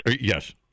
Yes